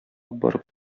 барып